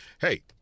hey